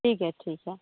ठीक है ठीक है